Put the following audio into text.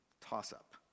Toss-up